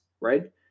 right